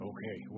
Okay